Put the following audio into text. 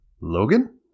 Logan